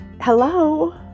Hello